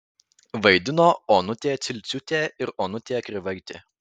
vaidino onutė cilciūtė ir onutė krivaitė